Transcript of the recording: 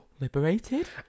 Liberated